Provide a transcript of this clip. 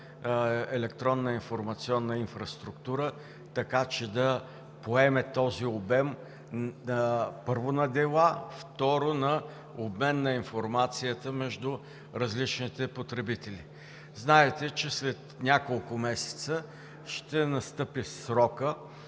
електронна информационна инфраструктура, така че да се поеме този обем – първо, на дела, и второ, на информация между различните потребители. Знаете, че след няколко месеца ще настъпи срокът